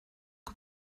que